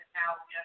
now